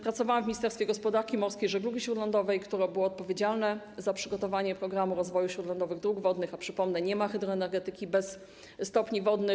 Pracowałam w Ministerstwie Gospodarki Morskiej i Żeglugi Śródlądowej, które było odpowiedzialne za przygotowanie programu rozwoju śródlądowych dróg wodnych, a przypomnę - nie ma hydroenergetyki bez stopni wodnych.